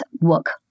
work